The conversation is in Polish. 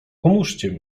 pomóżcie